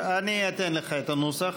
אני אתן לך את הנוסח.